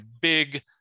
big